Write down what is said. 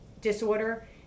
disorder